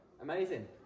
Amazing